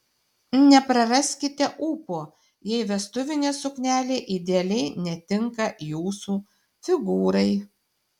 nepraraskite ūpo jei vestuvinė suknelė idealiai netinka jūsų figūrai